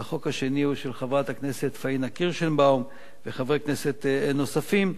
והחוק השני הוא של חברת הכנסת פניה קירשנבאום וחברי כנסת נוספים,